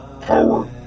power